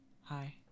Hi